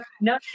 No